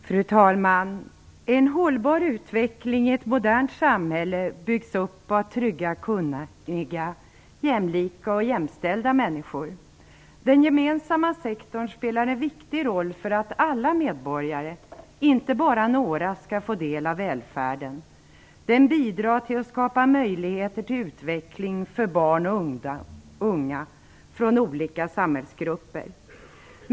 Fru talman! En hållbar utveckling i ett modernt samhälle byggs upp av trygga, kunniga, jämlika och jämställda människor. Den gemensamma sektorn spelar en viktig roll för att alla medborgare - inte bara några - skall få del av välfärden. Den bidrar till att skapa möjligheter till utveckling för barn och unga från olika samhällsgrupper.